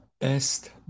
best